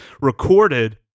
recorded